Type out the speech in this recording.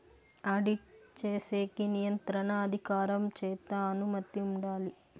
audit చేసేకి నియంత్రణ అధికారం చేత అనుమతి ఉండాలి